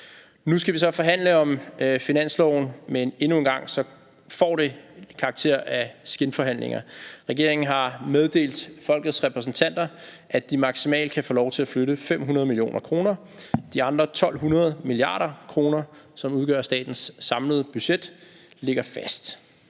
Nu skal vi så forhandle om finanslovsforslaget, men endnu en gang får det karakter af skinforhandlinger. Regeringen har meddelt folkets repræsentanter, at de maksimalt kan få lov til at flytte 500 mio. kr. De andre 1.200 mia. kr., som udgør statens samlede budget, ligger fast.